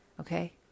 okay